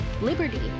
liberty